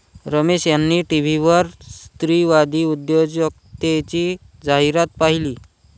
रमेश यांनी टीव्हीवर स्त्रीवादी उद्योजकतेची जाहिरात पाहिली